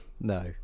no